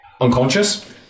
Unconscious